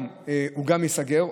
גם הוא ייסגר.